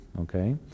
okay